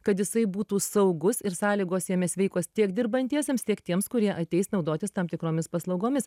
kad jisai būtų saugus ir sąlygos jame sveikos tiek dirbantiesiems tiek tiems kurie ateis naudotis tam tikromis paslaugomis